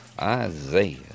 Isaiah